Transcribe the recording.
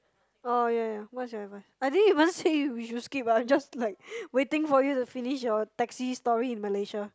oh yeah yeah yeah what's your advice I didn't even say we should skip I'm just like waiting for you to finish your taxi story in Malaysia